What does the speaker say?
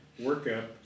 workup